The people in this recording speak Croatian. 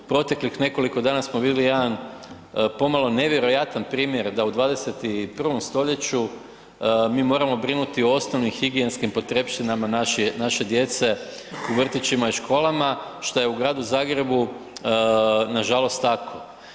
Proteklih nekoliko dana smo vidjeli jedan pomalo nevjerojatan primjer da u 21. stoljeću mi moramo brinuti o osnovnim higijenskim potrepštinama naše djece u vrtićima i školama, šta je u Gradu Zagrebu nažalost tako.